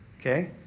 Okay